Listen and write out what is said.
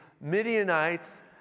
Midianites